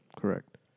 correct